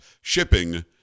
shipping